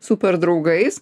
super draugais